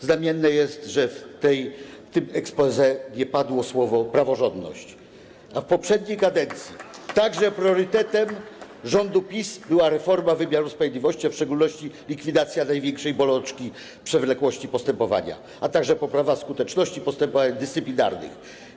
Znamienne jest, że w tym exposé nie padło słowo „praworządność”, a w poprzedniej kadencji także priorytetem rządu PiS była reforma wymiaru sprawiedliwości, a w szczególności likwidacja największej bolączki, przewlekłości postępowania, a także poprawa skuteczności postępowań dyscyplinarnych.